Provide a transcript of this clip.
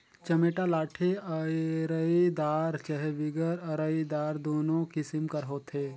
चमेटा लाठी अरईदार चहे बिगर अरईदार दुनो किसिम कर होथे